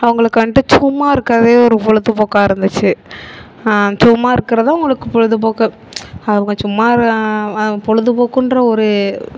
அவர்களுக்கு வந்துட்டு சும்மா இருக்கிறதே ஒரு பொழுதுபோக்கா இருந்துச்சு சும்மா இருக்கிறது அவர்களுக்கு பொழுதுபோக்கு அவங்க சும்மா பொழுதுபோக்குன்ற ஒரு